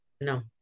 No